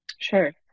Sure